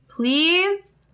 Please